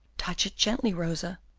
touch it gently, rosa.